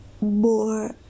more